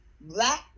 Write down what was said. Black